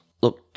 Look